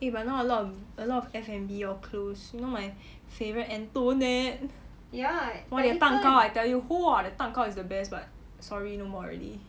eh but now a lot of a lot of F&B hor close you know my favourite antoinette !wah! their 蛋糕 I tell you !whoa! the 蛋糕 is the best but sorry no more already